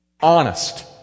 honest